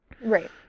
Right